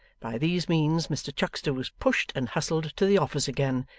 by these means mr chuckster was pushed and hustled to the office again,